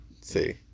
see